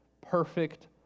perfect